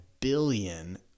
billion